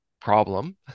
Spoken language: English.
problem